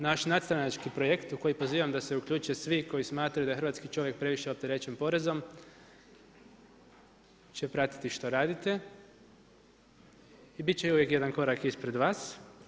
Naš nadstranački projekt u koji pozivam da se uključe svi koji smatraju da je hrvatski čovjek previše opterećen porezom će pratiti što radite i bit će uvijek jedan korak ispred vas.